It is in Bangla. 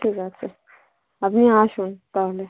ঠিক আছে আপনি আসুন তাহলে